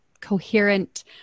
coherent